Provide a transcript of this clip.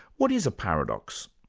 what is a paradox?